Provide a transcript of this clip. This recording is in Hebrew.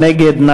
מי נגד?